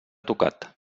tocat